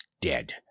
dead